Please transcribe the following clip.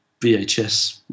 VHS